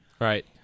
Right